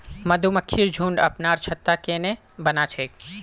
मधुमक्खिर झुंड अपनार छत्ता केन न बना छेक